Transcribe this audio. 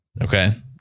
Okay